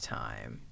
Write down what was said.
time